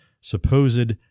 supposed